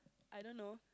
I don't know